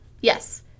Yes